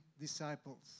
disciples